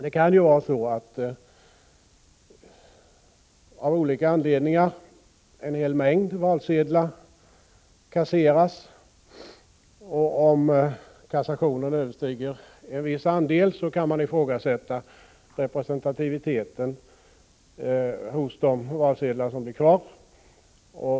Det kan ju vara så att av olika anledningar en hel mängd valsedlar kasseras, och om kassationen överstiger en viss andel kan man då ifrågasätta representativiteten hos de valsedlar som blir kvar.